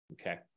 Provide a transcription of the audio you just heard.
okay